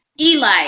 Eli